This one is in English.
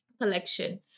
collection